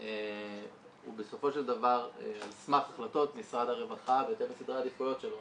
הוא בסופו של דבר על סמך החלטות משרד הרווחה בהתאם לסדרי עדיפויות שלו.